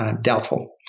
Doubtful